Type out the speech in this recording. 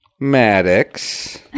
Maddox